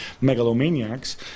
megalomaniacs